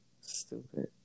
Stupid